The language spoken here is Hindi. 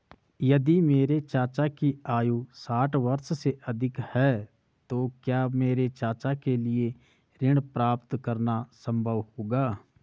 यदि मेरे चाचा की आयु साठ वर्ष से अधिक है तो क्या मेरे चाचा के लिए ऋण प्राप्त करना संभव होगा?